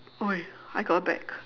!oi! I got a bag